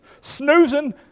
snoozing